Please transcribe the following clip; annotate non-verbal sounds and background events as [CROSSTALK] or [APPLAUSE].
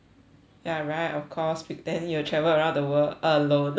ya right of course pretending you travel around the world alone [NOISE]